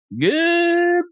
Good